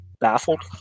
baffled